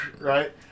right